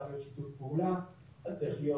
על מנת שנוכל לקיים שיתוף פעולה זה צריך להיות,